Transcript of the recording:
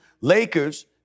Lakers